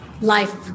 life